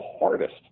hardest